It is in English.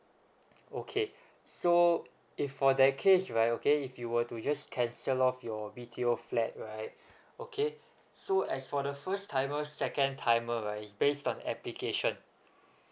okay so if for that case right okay if you were to just cancel off your B_T_O flat right okay so as for the first timer second timer right is based on application